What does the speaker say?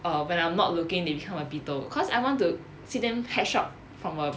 uh when I'm not looking they become a beetle cause I want to see them hatch up from uh